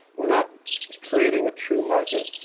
we're not creating a true market.